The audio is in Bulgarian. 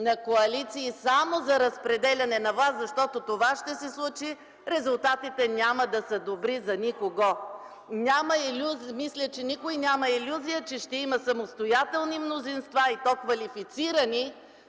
на коалиции само за разпределяне на власт, защото това ще се случи, а резултатите няма да са добри за никого. Мисля, че никой няма илюзия, че ще има самостоятелни мнозинства, и то квалифицирани,